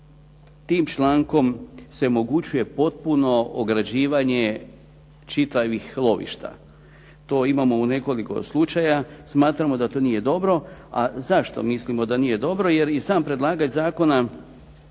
tim člankom se omogućuje potpuno ograđivanje čitavih lovišta. To imamo u nekoliko slučaja, smatramo da to nije dobro. A zašto mislimo da nije dobro? Jer i sam predlagač zakona